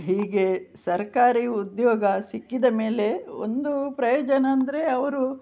ಹೀಗೆ ಸರ್ಕಾರಿ ಉದ್ಯೋಗ ಸಿಕ್ಕಿದ ಮೇಲೆ ಒಂದು ಪ್ರಯೋಜನ ಅಂದರೆ ಅವರು